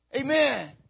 amen